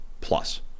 plus